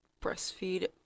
breastfeed